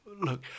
look